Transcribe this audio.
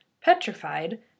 Petrified